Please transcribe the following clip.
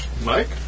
Mike